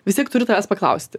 vis tiek turiu tavęs paklausti